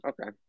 Okay